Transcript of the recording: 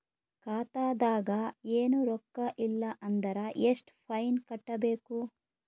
ಖಾತಾದಾಗ ಏನು ರೊಕ್ಕ ಇಲ್ಲ ಅಂದರ ಎಷ್ಟ ಫೈನ್ ಕಟ್ಟಬೇಕು?